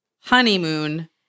honeymoon